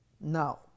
Now